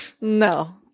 No